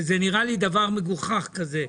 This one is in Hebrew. כי זה נראה לי דבר מגוחך כזה,